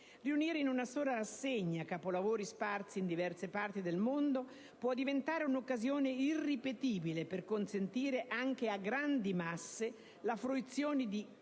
Riunire in una sola rassegna capolavori sparsi in diverse parti del mondo può diventare un'occasione irripetibile per consentire anche a grandi masse la fruizione di